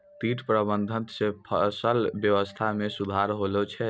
कीट प्रबंधक से फसल वेवस्था मे सुधार होलो छै